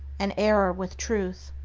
and error with truth.